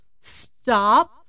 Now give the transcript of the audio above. Stop